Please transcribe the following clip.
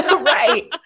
right